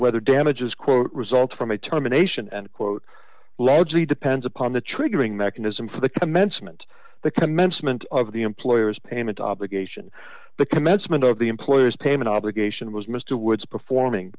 whether damages quote result from a terminations and quote largely depends upon the triggering mechanism for the commencement the commencement of the employer's payment obligation the commencement of the employer's payment obligation was mr woods performing